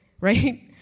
right